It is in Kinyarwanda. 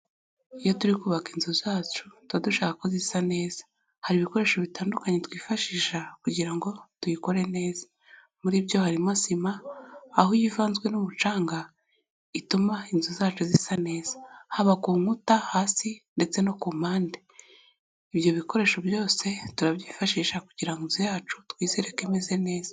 Iyo turi kubaka inzu zacu tuba dushaka ko zisa neza, hari ibikoresho bitandukanye twifashisha kugira ngo tuyikore neza, muri byo harimo sima, aho iyo ivanzwe n'umucanga ituma inzu zacu zisa neza haba ku nkuta, hasi ndetse no ku mpande, ibyo bikoresho byose turabyifashisha kugira nog inzu yacu twizere ko imeze neza.